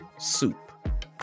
soup